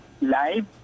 live